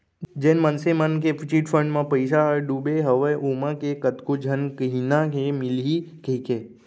जेन मनसे मन के चिटफंड म पइसा ह डुबे हवय ओमा के कतको झन कहिना हे मिलही कहिके